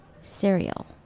cereal